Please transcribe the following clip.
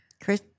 Chris